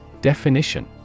Definition